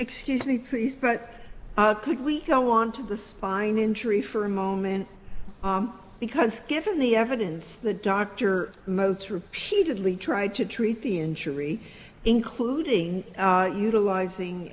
excuse me please but could we go on to the spine injury for a moment because given the evidence the doctor motu repeatedly tried to treat the injury including utilizing